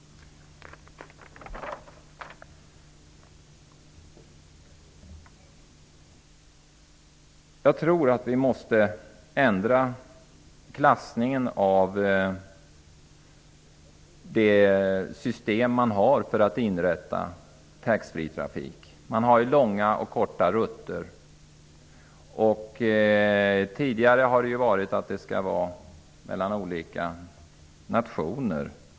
Jag tror att klassningen av nuvarande system för inrättandet av taxfreeförsäljning måste ändras. Rutterna är såväl långa som korta. Tidigare har gällt att färjetrafiken skall gå mellan olika nationer.